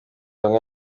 hamwe